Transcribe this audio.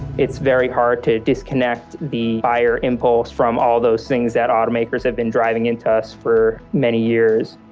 it's very hard to disconnect the buyer impulse from all those things that automakers have been driving into us for many years.